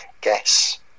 guess